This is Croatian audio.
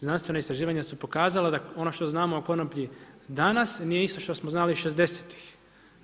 Znanstvena istraživanja su pokazala da ono što znamo o konoplji danas nije isto što smo znali 60-ih.